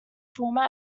format